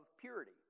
purity